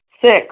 Six